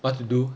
what to do